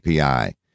API